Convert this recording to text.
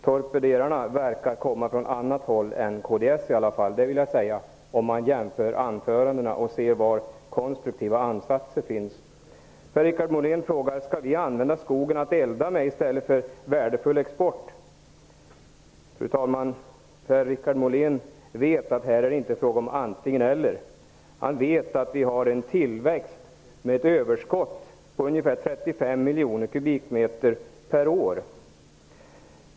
Torpederarna verkar komma från annat håll än kds, om man jämför anförandena och ser var konstruktiva ansatser finns. Per-Richard Molén frågar om vi skall använda skogen att elda med i stället för till värdefull export. Fru talman! Per-Richard Molén vet att det inte är fråga om antingen eller. Han vet att vi har en tillväxt med ett överskott på ungefär 35 miljoner kubikmeter per år.